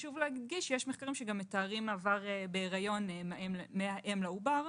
יש מחקרים שמתארים גם מעבר בהיריון מהאם לעובר,